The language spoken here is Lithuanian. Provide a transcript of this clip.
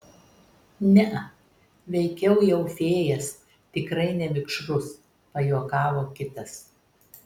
ne veikiau jau fėjas tikrai ne vikšrus pajuokavo kitas